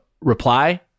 Reply